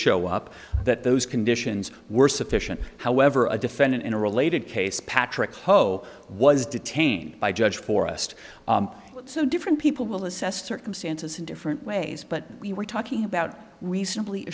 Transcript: show up that those conditions were sufficient however a defendant in a related case patrick ho was detained by judge forrest so different people will assess circumstances in different ways but we were talking about re